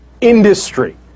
industry